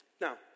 Now